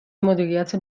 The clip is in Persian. مدیریت